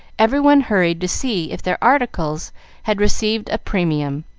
every one hurried to see if their articles had received a premium.